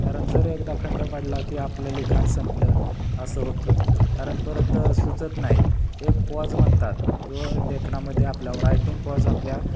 कारण जर एकदा खंड वाढला की आपलं लिखाण संपलं असं होतं कारण परत सुचत नाही एक पॉज म्हनतात जो लेखनामध्ये आपल्या रायटिंग पॉज आपल्या